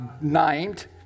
named